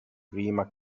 prima